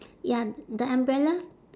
ya the umbrella